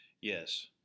Yes